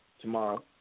tomorrow